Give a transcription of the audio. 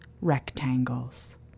rectangles